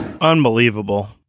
Unbelievable